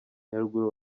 nyaruguru